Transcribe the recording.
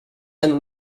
and